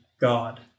God